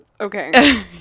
Okay